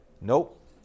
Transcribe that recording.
Nope